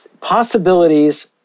possibilities